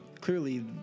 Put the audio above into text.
clearly